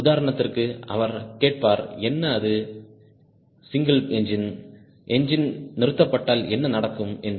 உதாரணத்திற்கு அவர் கேட்பார்என்ன இது சிங்கிள் என்ஜின் என்ஜின் நிறுத்தப்பட்டால் என்ன நடக்கும் என்று